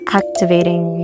activating